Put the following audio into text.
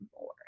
more